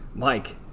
mike,